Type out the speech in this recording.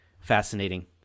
fascinating